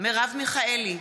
מרב מיכאלי,